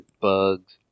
bugs